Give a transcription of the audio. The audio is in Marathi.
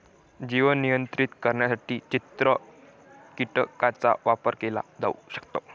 जीव नियंत्रित करण्यासाठी चित्र कीटकांचा वापर केला जाऊ शकतो